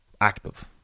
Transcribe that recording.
active